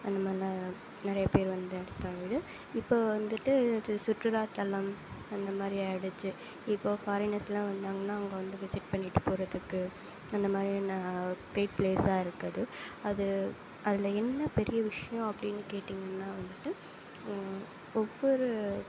அந்த மாரிலாம் நிறையா பேர் வந்து எடுத்த வீடு இப்போது வந்துட்டு இது சுற்றுலாத்தலம் அந்த மாதிரி ஆகிடுச்சி இப்போது ஃபாரினர்ஸ்லாம் வந்தாங்கனா அவங்க வந்து விசிட் பண்ணிவிட்டு போகிறதுக்கு அந்த மாதிரி பீக் பிளேஸாக இருக்கு அது அது அதில் என்ன பெரிய விஷயம் அப்டின்னு கேட்டிங்கன்னா வந்துவிட்டு ஒவ்வொரு